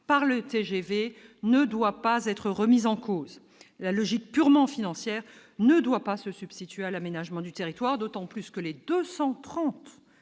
par le TGV ne doit pas être remise en cause. La logique purement financière ne doit pas se substituer à l'aménagement du territoire. Je le dis